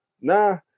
nah